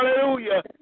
Hallelujah